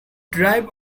drive